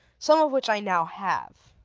some of which i now have.